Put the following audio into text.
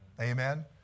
amen